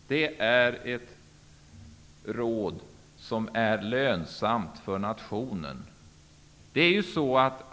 Det är ett råd som är lönsamt för nationen.